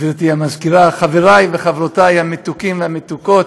גברתי המזכירה, חברי וחברותי המתוקים והמתוקות,